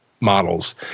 models